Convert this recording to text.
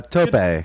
Tope